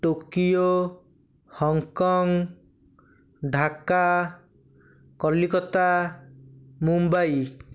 Tokyo Hong Kong Dhaka Calcutta Mumbai